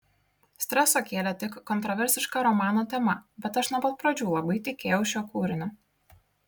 streso kėlė tik kontroversiška romano tema bet aš nuo pat pradžių labai tikėjau šiuo kūriniu